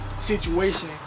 situation